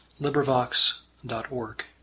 LibriVox.org